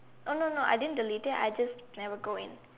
oh no no I didn't delete it I just never go in